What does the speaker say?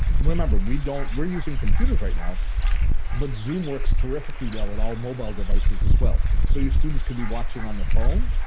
remember we don't, we're using computers right now but zoom works terrifically well on and all mobile deices as well. so your students could be watching on the phone,